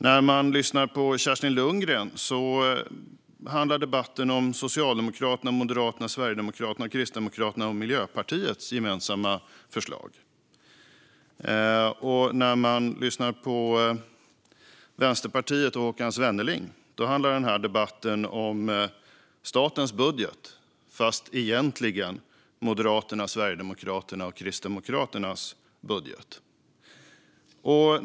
När man lyssnar på Kerstin Lundgren handlar debatten om Socialdemokraternas, Moderaternas, Sverigedemokraternas, Kristdemokraternas och Miljöpartiets gemensamma förslag. När man lyssnar på Vänsterpartiet och Håkan Svenneling handlar debatten om statens budget fast egentligen om Moderaternas, Sverigedemokraternas och Kristdemokraternas budget.